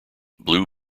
blue